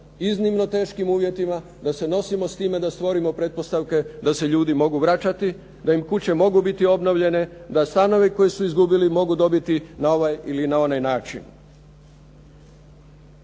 iznimno teškim uvjetima, da se nosimo s time da stvorimo pretpostavke da se ljudi mogu vraćati, da im kuće mogu biti obnovljene, da stanovi koje su izgubili mogu dobiti na ovaj ili onaj način.